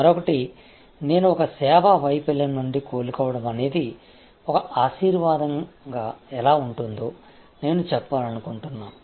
మరొకటి నేను ఒక సేవ వైఫల్యం నుండి కోలుకోవడం అనేది ఒక ఆశీర్వాదంగా ఎలా ఉంటుందో నేను చెప్పాలనుకుంటున్నాను